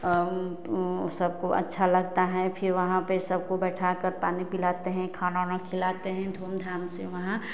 सबको अच्छा लगता है फिर वहाँ पर सबको बैठाकर पानी पिलाते हैं खाना उना खिलाते हैं धूमधाम से वहाँ